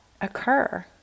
occur